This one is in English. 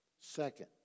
Second